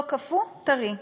לא קפוא, טרי,